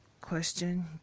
question